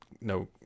no